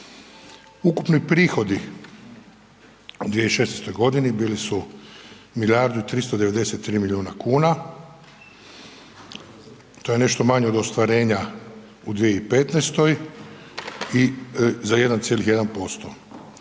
Ukupni prihodi u 2016.g. bili su milijardu i 393 milijuna kuna, to je nešto manje od ostvarenja u 2015. i, za 1,1,%.